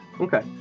Okay